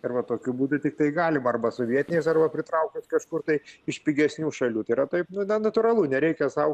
ir va tokiu būdu tiktai galima arba su vietiniais arba pritraukiant kažkur tai iš pigesnių šalių yra taip nu nenatūralu nereikia sau